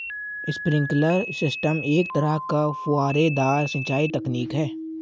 sprinkler system एक तरह का फुहारेदार सिंचाई तकनीक है